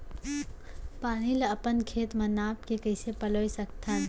पानी ला अपन खेत म नाप के कइसे पलोय सकथन?